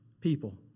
people